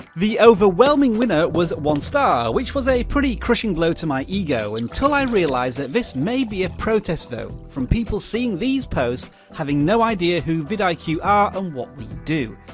the overwhelming winner was one star, which was a pretty crushing blow to my ego until i realized that this may be a protest vote from people seeing these posts having no idea who vidiq are and what we do.